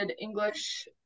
English